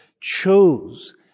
chose